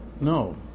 No